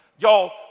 Y'all